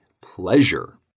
pleasure